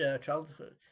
childhood